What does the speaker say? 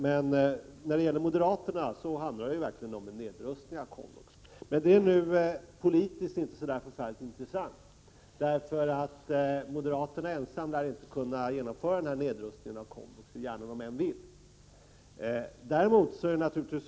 Men när det gäller moderaterna handlar det verkligen om en nedrustning av komvux. Men det är politiskt inte särskilt intressant, eftersom moderaterna ensamma inte lär kunna genomföra en sådan nedrustning av komvux hur gärna de än vill.